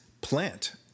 plant